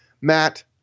Matt